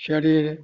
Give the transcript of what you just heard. शरीर